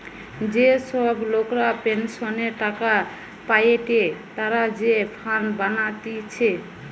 যে সব লোকরা পেনসনের টাকা পায়েটে তারা যে ফান্ড বানাতিছে